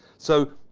so,